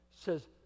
says